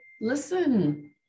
listen